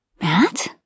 Matt